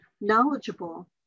knowledgeable